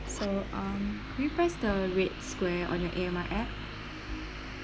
so um will you press the red square on your A_M_R app